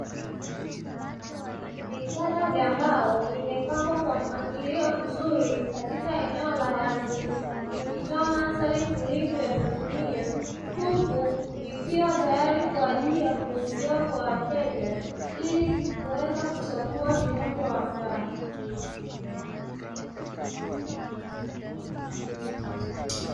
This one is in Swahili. Vitanda vya mbao vimepangwa kwa mpangilio mzuri katika eneo la wazi, vikitoa mandhari tulivu ya kutumia; huku vikiwa tayari kwa ajili ya kuuziwa kwa wateja, ili kuweza kuchagua vinavyowafaa.